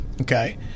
Okay